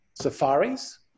safaris